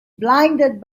blinded